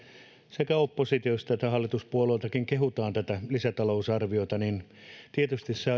sekä oppositiosta että hallituspuolueistakin kehumme tätä lisätalousarviota niin tietysti